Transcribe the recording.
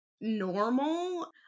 normal